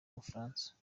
bufaransa